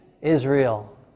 Israel